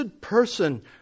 person